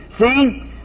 See